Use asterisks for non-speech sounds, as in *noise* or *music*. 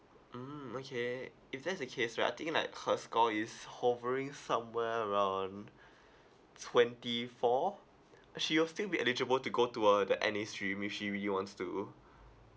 mm okay if that's the case right I think like her score is hovering somewhere around *breath* twenty four uh she will still be eligible to go to uh the N_A stream if she really wants to